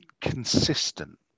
consistent